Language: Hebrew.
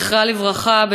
זכרה לברכה,